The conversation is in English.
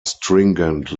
stringent